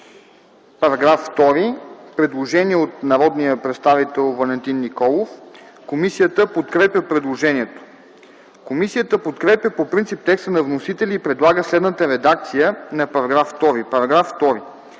Параграф 2. Предложение от народния представител Валентин Николов. Комисията подкрепя предложението. Комисията подкрепя по принцип текста на вносителя и предлага следната редакция на § 2: „§ 2.